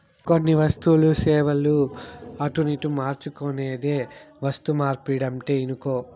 కొన్ని వస్తువులు, సేవలు అటునిటు మార్చుకునేదే వస్తుమార్పిడంటే ఇనుకో